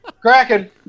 Kraken